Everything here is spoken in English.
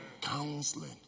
counseling